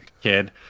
kid